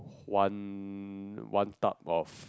one one tub of